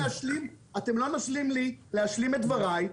אתם לא נותנים לי להשלים את דבריי,